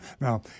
Now